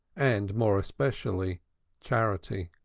and more especially charity.